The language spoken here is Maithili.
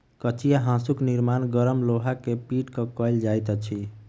कचिया हाँसूक निर्माण गरम लोहा के पीट क कयल जाइत अछि